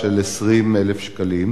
הצעת החוק באה להגדיל את